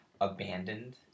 abandoned